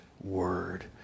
word